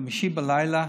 בחמישי בלילה,